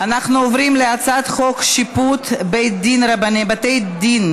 אנחנו עוברים להצעת חוק שיפוט בתי דין